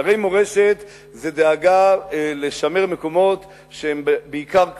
אתרי מורשת זה דאגה לשמר מקומות שהם בעיקר קברים.